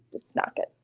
it's not good.